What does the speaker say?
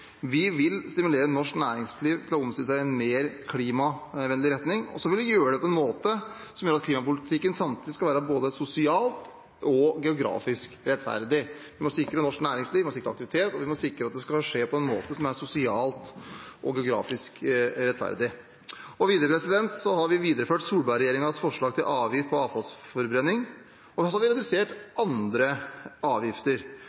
Vi vil stimulere norsk næringsliv til å omstille seg i en mer klimavennlig retning, og så vil vi gjøre det på en måte som gjør at klimapolitikken samtidig skal være både sosialt og geografisk rettferdig. Vi må sikre norsk næringsliv, vi må sikre aktivitet, og vi må sikre at det skal skje på en måte som er sosialt og geografisk rettferdig. Vi har videreført Solberg-regjeringens forslag til avgift på avfallsforbrenning, og så har vi redusert andre avgifter.